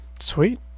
sweet